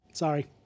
Sorry